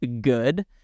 good